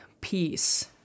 peace